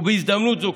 בהזדמנות זו,